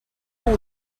call